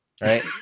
Right